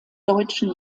deutschen